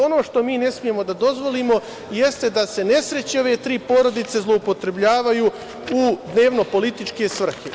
Ono što mi ne smemo da dozvolimo, jeste da se nesreće ove tri porodice zloupotrebljavaju u dnevno političke svrhe.